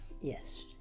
Yes